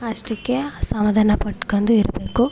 ಅಷ್ಟಕ್ಕೆ ಸಮಾಧಾನ ಪಟ್ಕಂಡು ಇರಬೇಕು